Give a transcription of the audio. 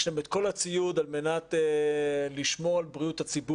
יש להם את כל הציוד על מנת לשמור על בריאות הציבור,